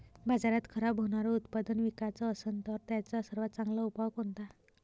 बाजारात खराब होनारं उत्पादन विकाच असन तर त्याचा सर्वात चांगला उपाव कोनता?